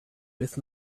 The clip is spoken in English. with